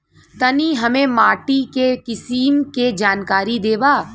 तनि हमें माटी के किसीम के जानकारी देबा?